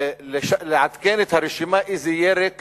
לעדכן את הרשימה איזה ירק